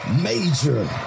Major